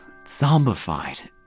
zombified